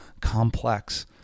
complex